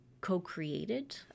co-created